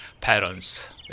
parents